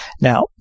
Now